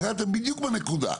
נגעתם בדיוק בנקודה.